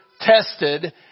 tested